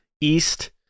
East